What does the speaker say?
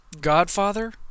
godfather